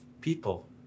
people